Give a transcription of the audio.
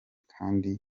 kandi